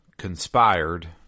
conspired